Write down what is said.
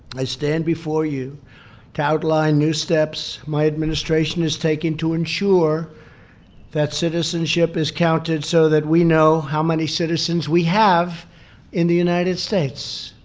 i stand before you to outline new steps my administration is taking to ensure that citizenship is counted so that we know how many citizens we have in the united states.